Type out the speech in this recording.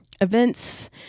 events